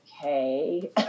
okay